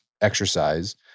exercise